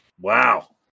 Wow